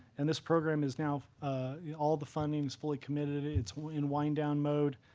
and this program is now all the funding is fully committed. it's in wind-down mode.